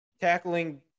tackling